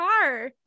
car